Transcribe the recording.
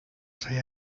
say